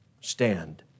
Stand